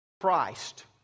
Christ